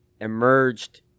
emerged